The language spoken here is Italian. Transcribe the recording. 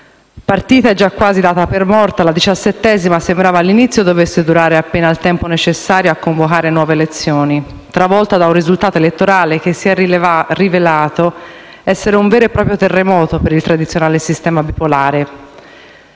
Partita e già quasi data per morta, la XVII legislatura sembrava all'inizio dovesse durare appena il tempo necessario a convocare nuove elezioni, travolta da un risultato elettorale che si è rivelato essere un vero e proprio terremoto per il tradizionale sistema bipolare.